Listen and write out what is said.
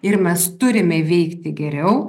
ir mes turime veikti geriau